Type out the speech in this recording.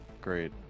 great